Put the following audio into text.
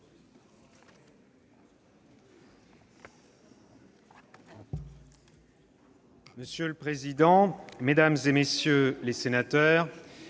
Monsieur le président, mesdames, messieurs les sénateurs,